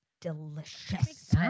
delicious